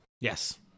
Yes